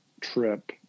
trip